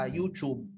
YouTube